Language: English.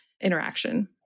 interaction